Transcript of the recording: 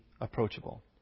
approachable